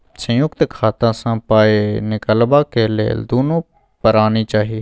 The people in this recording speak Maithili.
संयुक्त खाता सँ पाय निकलबाक लेल दुनू परानी चाही